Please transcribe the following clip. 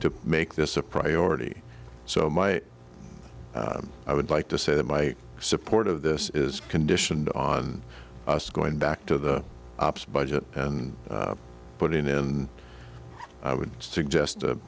to make this a priority so my i would like to say that my support of this is conditioned on us going back to the ops budget and putting in i would suggest a